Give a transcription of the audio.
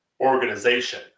organization